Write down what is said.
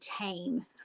tame